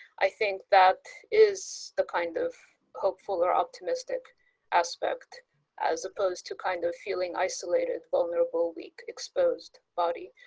i think that is the kind of hopeful or optimistic aspect as opposed to kind of feeling isolated, vulnerable, weak, exposed body.